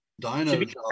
Dino